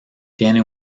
tiene